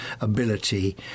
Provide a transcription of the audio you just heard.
ability